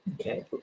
Okay